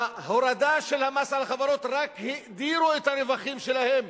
ההורדה של מס החברות רק האדירה את הרווחים שלהם,